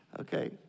Okay